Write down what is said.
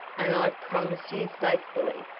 and i promise you faithfully,